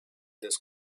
this